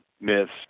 myths